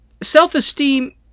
Self-esteem